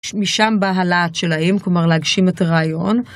משם בא הלהט שלהם, כלומר להגשים את הרעיון.